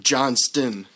Johnston